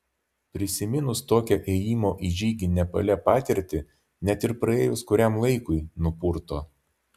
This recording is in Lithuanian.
prisiminus tokią ėjimo į žygį nepale patirtį net ir praėjus kuriam laikui nupurto